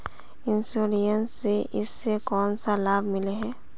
Insurance इस से कोन सा लाभ मिले है?